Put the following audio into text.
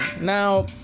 Now